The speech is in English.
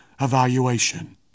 evaluation